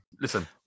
listen